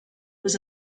was